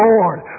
Lord